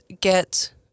get